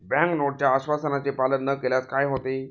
Bank नोटच्या आश्वासनाचे पालन न केल्यास काय होते?